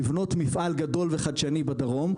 לבנות מפעל גדול וחדשני בדרום,